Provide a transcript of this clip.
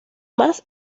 más